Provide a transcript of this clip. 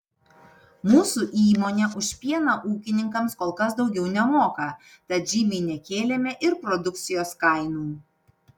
mūsų įmonė už pieną ūkininkams kol kas daugiau nemoka tad žymiai nekėlėme ir produkcijos kainų